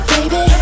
Baby